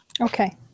Okay